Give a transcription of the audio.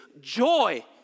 joy